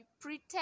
pretend